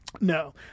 No